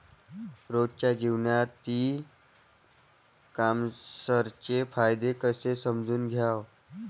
रोजच्या जीवनात ई कामर्सचे फायदे कसे समजून घ्याव?